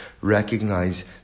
recognize